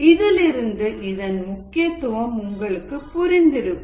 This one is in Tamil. இதிலிருந்து இதன் முக்கியத்துவம் உங்களுக்கு புரிந்திருக்கும்